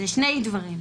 אלה שני דברים.